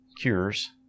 cures